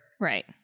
Right